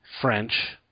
French